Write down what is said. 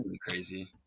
crazy